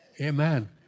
Amen